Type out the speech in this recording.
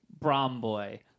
Bromboy